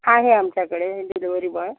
आहे आमच्याकडे delivery boy